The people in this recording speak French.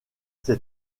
ces